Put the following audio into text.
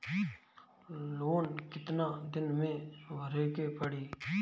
Loan कितना दिन मे भरे के पड़ी?